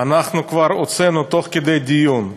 אנחנו כבר הוצאנו תוך כדי דיון.